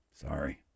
Sorry